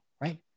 right